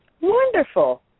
Wonderful